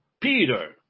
Peter